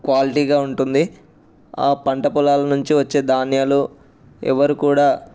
క్వాలిటీగా ఉంటుంది ఆ పంట పొలాల నుంచి వచ్చే ధాన్యాలు ఎవరు కూడా